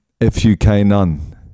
F-U-K-None